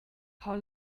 how